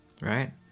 right